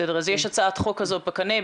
בסדר, אז יש הצעת חוק כזאת בקנה.